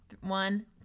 One